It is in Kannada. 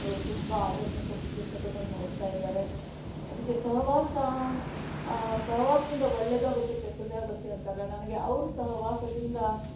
ಅವರು ತುಂಬ ಆಧ್ಯಾತ್ಮಿಕ ಪುಸ್ತಕಗಳನ್ನು ಓದ್ತಾ ಇದ್ದಾರೆ ಅದಕ್ಕೆ ಸಹವಾಶ ಸಹವಾಸದಿಂದ ಒಳ್ಳೆಯದಾಗತ್ತೆ ಕೆಟ್ಟದಾಗತ್ತೆ ಅಂತಾರಲ್ಲ ನನಗೆ ಅವರ ಸಹವಾಸದಿಂದ